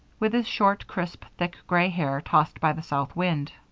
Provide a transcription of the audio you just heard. with his short, crisp, thick gray hair tossed by the south wind.